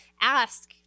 ask